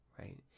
right